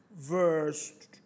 verse